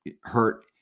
hurt